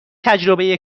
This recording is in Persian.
تجربه